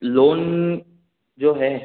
loan जाे है